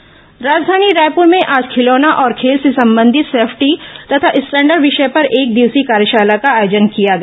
खिलौना कार्यशाला राजधानी रायपुर में आज खिलौना और खेल से संबंधित सेफ्टी तथा स्टैंडर्ड विषय पर एकदिवसीय कार्यशाला का आयोजन किया गया